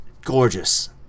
gorgeous